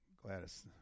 Gladys